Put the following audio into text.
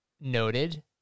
Noted